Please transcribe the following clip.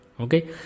Okay